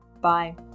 Bye